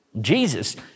Jesus